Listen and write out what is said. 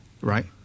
right